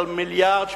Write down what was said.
של 1.8 מיליארד.